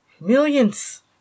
Millions